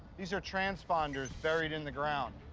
these are transponders buried in the ground.